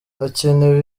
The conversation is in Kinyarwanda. hakenewe